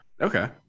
Okay